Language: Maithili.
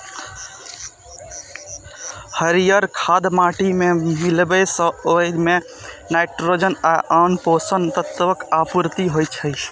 हरियर खाद माटि मे मिलाबै सं ओइ मे नाइट्रोजन आ आन पोषक तत्वक आपूर्ति होइ छै